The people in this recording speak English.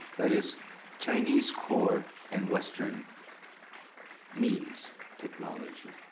that is chinese core and western means technology,